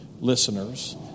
listeners